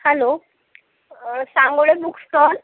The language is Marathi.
hello Sangole book stall